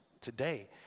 today